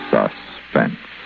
Suspense